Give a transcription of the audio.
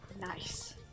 Nice